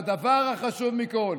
והדבר החשוב מכול,